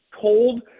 Cold